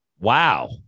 Wow